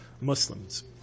Muslims